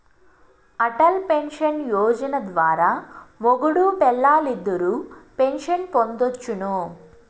Atal pension Yojana ద్వారా మొగుడూ పెల్లాలిద్దరూ పెన్సన్ పొందొచ్చును